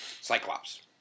Cyclops